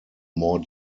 more